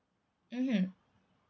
mmhmm